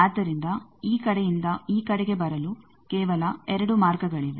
ಆದ್ದರಿಂದ ಈ ಕಡೆಯಿಂದ ಈ ಕಡೆಗೆ ಬರಲು ಕೇವಲ ಎರಡು ಮಾರ್ಗಗಳಿವೆ